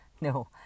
No